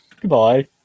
Goodbye